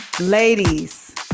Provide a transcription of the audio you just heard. ladies